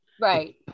Right